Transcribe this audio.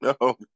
No